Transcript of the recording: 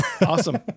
Awesome